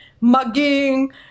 mugging